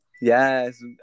yes